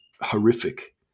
horrific